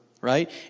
right